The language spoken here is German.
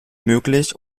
möglich